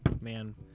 man